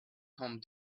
come